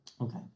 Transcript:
okay